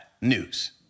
news